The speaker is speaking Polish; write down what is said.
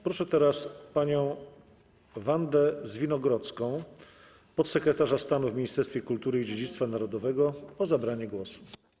Proszę teraz panią Wandę Zwinogrodzką, podsekretarza stanu w Ministerstwie Kultury i Dziedzictwa Narodowego, o zabranie głosu.